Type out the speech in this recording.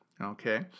Okay